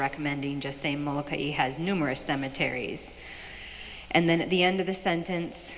recommending just same as numerous cemeteries and then at the end of the sentence